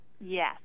yes